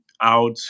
out